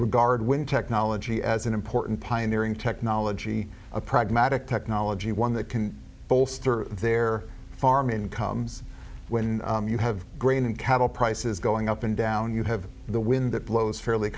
regard when technology as an important pioneering technology a pragmatic technology one that can bolster their farm incomes when you have grain and cattle prices going up and down you have the wind that blows fairly